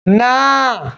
ନା